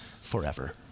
forever